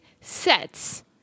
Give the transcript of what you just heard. sets